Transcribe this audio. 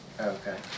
Okay